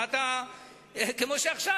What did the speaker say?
כמו שעכשיו,